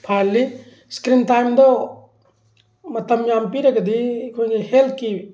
ꯐꯍꯜꯂꯤ ꯏꯁꯀ꯭ꯔꯤꯟ ꯇꯥꯏꯝꯗ ꯃꯇꯝ ꯌꯥꯝ ꯄꯤꯔꯒꯗꯤ ꯑꯩꯈꯣꯏꯒꯤ ꯍꯦꯜꯠꯀꯤ